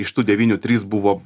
iš tų devynių trys buvo